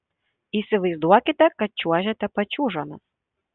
įsivaizduokite kad čiuožiate pačiūžomis